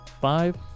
Five